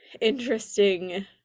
interesting